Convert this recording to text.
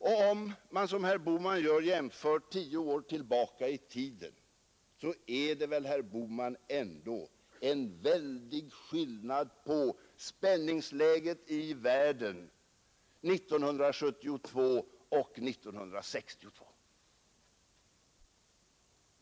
Och om man som herr Bohman gör jämför med förhållandena tio år tillbaka i tiden är det väl, herr Bohman, ändå en väldig skillnad på spänningsläget i världen 1972 och 1962.